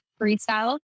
freestyle